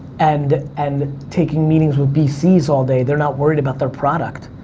and and taking meetings with bcs all day, they're not worried about their product.